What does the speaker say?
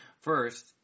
First